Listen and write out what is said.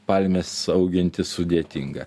palmės auginti sudėtinga